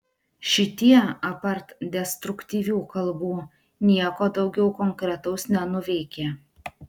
šitie apart destruktyvių kalbų nieko daugiau konkretaus nenuveikė